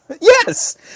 yes